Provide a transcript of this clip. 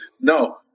no